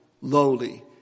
lowly